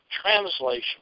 translation